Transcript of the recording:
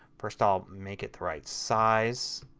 first i'll make it the right size